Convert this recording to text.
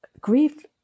Grief